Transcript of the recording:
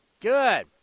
Good